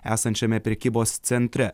esančiame prekybos centre